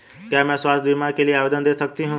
क्या मैं स्वास्थ्य बीमा के लिए आवेदन दे सकती हूँ?